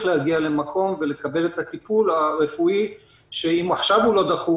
להגיע למקום כדי לקבל את הטיפול הרפואי שאם עכשיו הוא לא דחוף